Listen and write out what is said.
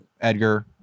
edgar